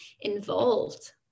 involved